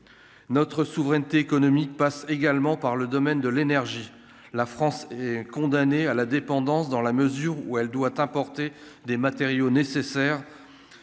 notre souveraineté économique passe également par le domaine de l'énergie, la France est condamnée à la dépendance, dans la mesure où elle doit importer des matériaux nécessaires